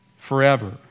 forever